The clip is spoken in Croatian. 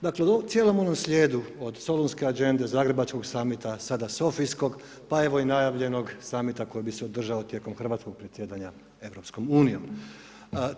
Dakle, u cijelom onom slijedu od Solunske adžende, Zagrebačkog samita, sada Sofijskog, pa evo i najavljenog Samita koji bi se održao tijekom hrvatskog predsjedanja EU-om.